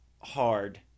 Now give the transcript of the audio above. hard